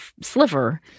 sliver